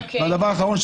הדבר האחרון,